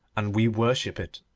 and we worship it.